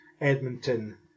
Edmonton